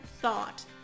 thought